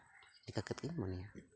ᱱᱤᱝᱠᱟᱹ ᱠᱟᱛᱮᱫ